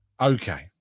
Okay